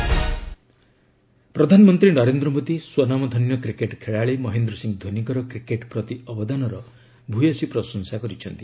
PM MS Dhoni ପ୍ରଧାନମନ୍ତ୍ରୀ ନରେନ୍ଦ୍ର ମୋଦୀ ସ୍ୱନାମଧନ୍ୟ cricket ଖେଳାଳି ମହେନ୍ଦ୍ର ସିଂହ ଧୋନିଙ୍କର କ୍ରିକେଟ୍ ପ୍ରତି ଅବଦାନର ଭୂୟସୀ ପ୍ରଶଂସା କରିଛନ୍ତି